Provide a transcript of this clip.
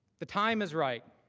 the time is right